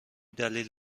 دلیل